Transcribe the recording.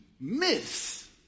miss